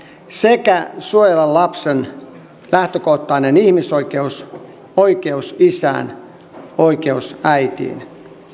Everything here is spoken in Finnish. sekä suojella lapsen lähtökohtainen ihmisoikeus oikeus isään oikeus äitiin